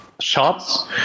shots